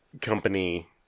company